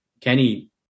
Kenny